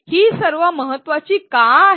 ही सर्व महत्त्वाची का आहेत